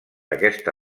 aquesta